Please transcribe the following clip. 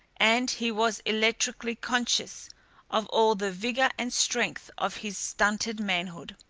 and he was electrically conscious of all the vigour and strength of his stunted manhood,